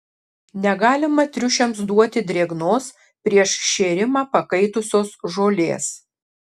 negalima triušiams duoti drėgnos prieš šėrimą pakaitusios žolės